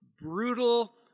brutal